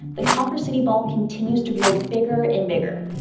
the cawker city ball continues to grow bigger and bigger.